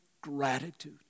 gratitude